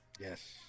Yes